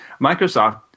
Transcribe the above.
Microsoft